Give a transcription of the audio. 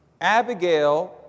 Abigail